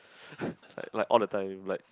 like like all the time like